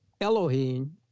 Elohim